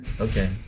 okay